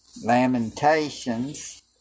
Lamentations